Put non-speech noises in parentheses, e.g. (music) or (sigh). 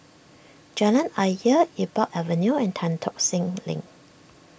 Jalan Ayer Iqbal Avenue and Tan Tock Seng (noise) Link